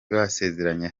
basezeranye